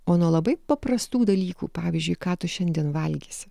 o nuo labai paprastų dalykų pavyzdžiui ką tu šiandien valgysi